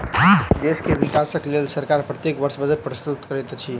देश के विकासक लेल सरकार प्रत्येक वर्ष बजट प्रस्तुत करैत अछि